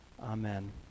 Amen